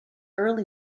early